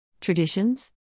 Traditions